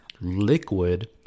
liquid